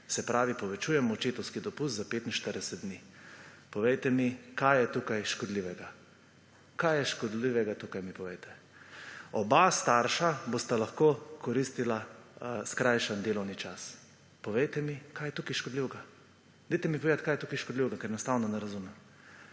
se pravi povečujemo očetovski dopust za 45 dni. Povejte mi, kaj je tukaj škodljivega. Kaj je škodljivega tukaj, mi povejte. Oba starša bosta lahko koristila skrajšani delovni čas. Povejte mi, kaj je tukaj škodljivega. Dajte mi povedati, kaj je tukaj škodljivega, ker enostavno ne razumem.